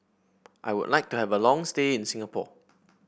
I would like to have a long stay in Singapore